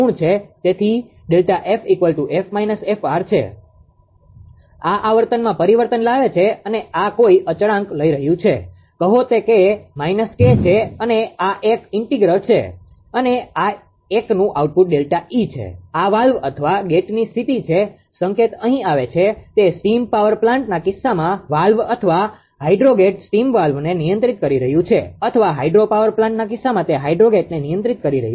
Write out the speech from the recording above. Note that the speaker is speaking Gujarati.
તેથી Δ𝐹 𝐹 − 𝐹𝑟 છે આ આવર્તનમાં પરિવર્તન લાવે છે અને આ કોઈ અચળાંક લઇ રહ્યું છે કહો કે તે -k છે આ એક ઇન્ટિગ્રેટર છે અને આ એકનું આઉટપુટ ΔE છે આ વાલ્વ અથવા ગેટની સ્થિતિ છે સંકેત અહીં આવે છે તે સ્ટીમ પાવર પ્લાન્ટના કિસ્સામાં વાલ્વ અથવા હાઇડ્રોગેટ સ્ટીમ વાલ્વને નિયંત્રિત કરી રહ્યું છે અથવા હાઇડ્રોપાવર પ્લાન્ટના કિસ્સામાં તે હાઈડ્રોગેટને નિયંત્રિત કરી રહ્યું છે